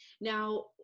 Now